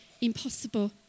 impossible